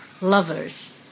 lovers